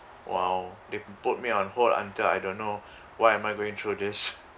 while they put me on hold until I don't know why am I going through this